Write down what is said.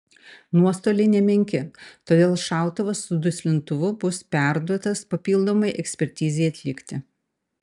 nuostoliai nemenki todėl šautuvas su duslintuvu bus perduotas papildomai ekspertizei atlikti